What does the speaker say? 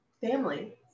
family